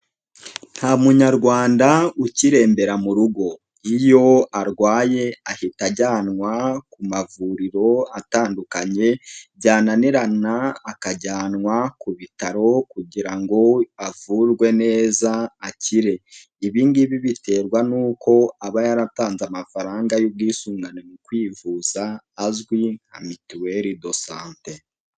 Nta Munyarwanda ukirembera mu rugo iyo arwaye ahita ajyanwa ku mavuriro atandukanye byananirana akajyanwa ku bitaro kugira ngo avurwe neza akire, ibi ngibi biterwa n'uko aba yaratanze amafaranga y'ubwisungane mu kwivuza azwi nka Mutuelle de santé.